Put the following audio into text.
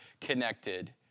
connected